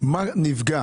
את מה שנפגע.